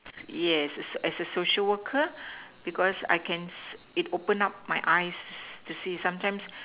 yes as a as a social worker because I can it open up my eyes to see sometimes